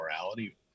morality